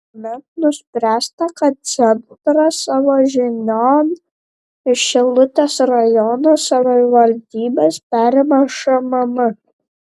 tuomet nuspręsta kad centrą savo žinion iš šilutės rajono savivaldybės perima šmm